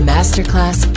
Masterclass